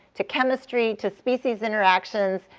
to chemistry, to species interactions,